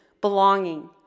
belonging